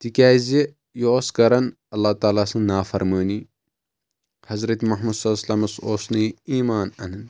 تِکیازِ یہِ اوس کران اللہ تعالیٰ سٕنٛز نافرمٲنی حضرت محمد صلیٰ اللّٰہُ علیہہِ وسلمَس اوس نہٕ یہِ ایمان انان